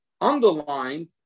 Underlined